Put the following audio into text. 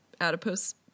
adipose